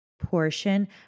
portion